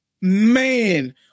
man